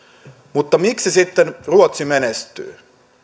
mutta miksi sitten ruotsi menestyy